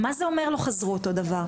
מה זה אומר לא חזרו אותו דבר?